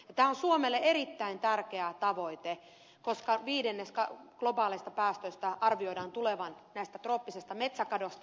tämä on suomelle erittäin tärkeä tavoite koska viidenneksen globaaleista päästöistä arvioidaan tulevan tästä trooppisesta metsäkadosta